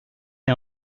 est